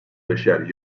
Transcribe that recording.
beşer